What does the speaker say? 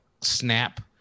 snap